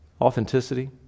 authenticity